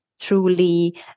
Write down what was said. truly